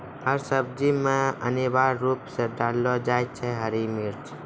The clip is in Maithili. हर सब्जी मॅ अनिवार्य रूप सॅ डाललो जाय छै हरी मिर्च